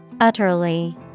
Utterly